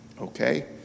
Okay